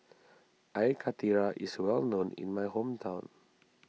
Air Karthira is well known in my hometown